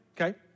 okay